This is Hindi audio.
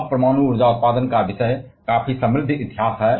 अब परमाणु ऊर्जा उत्पादन का विषय काफी समृद्ध इतिहास है